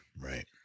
Right